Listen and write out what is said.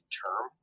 term